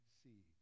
see